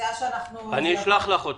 אנחנו נשלח לך.